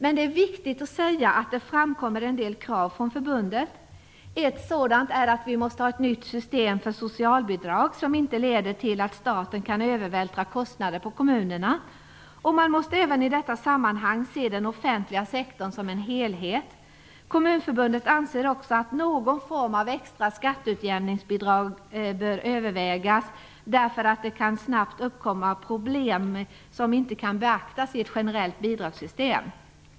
Men det är viktigt att säga att det framkommer en del krav från förbundet. Ett sådant är att vi måste ha ett nytt system för socialbidrag som inte leder till att staten kan vältra över kostnader på kommunerna. Man måste även i detta sammanhang se den offentliga sektorn som en helhet. Kommunförbundet anser också att någon form av extra skatteutjämningsbidrag bör övervägas, därför att det snabbt kan uppkomma problem som inte kan beaktas i ett generellt bidragssystem.